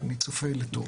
אני צופה לטוב.